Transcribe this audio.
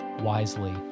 wisely